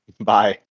bye